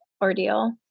ordeal